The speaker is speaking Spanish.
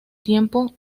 tiempo